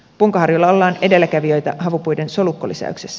punkaharjulla ollaan edelläkävijöitä havupuiden solukkolisäyksessä